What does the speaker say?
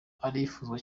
arifuzwa